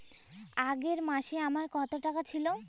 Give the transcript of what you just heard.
আগের মাসে আমার কত টাকা ছিল?